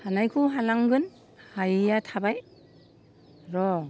हानायखौ हालांगोन हायिया थाबाय र'